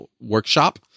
workshop